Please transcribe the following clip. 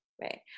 right